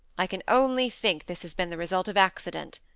i can only think this has been the result of accident,